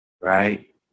right